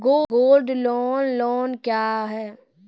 Gold loan loan क्या हैं?